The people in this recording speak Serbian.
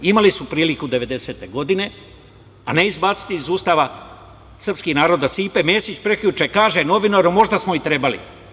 Imali su priliku 90-te godine, a ne izbaciti iz Ustava srpski narod, da Stipe Mesić prekjuče kaže novinaru – možda smo i trebali.